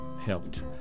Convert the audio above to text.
helped